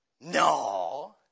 no